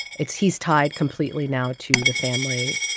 it's he's tied completely now to the family.